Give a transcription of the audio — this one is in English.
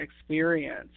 experience